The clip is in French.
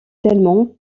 tellement